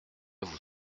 vous